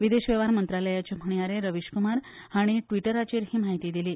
विदेश वेव्हार मंत्रालयाचे म्हणयारे रवीश कुमार हांणी ट्विटाराचेर ही म्हायती दिली